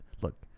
look